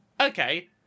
okay